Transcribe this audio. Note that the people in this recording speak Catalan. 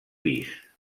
pis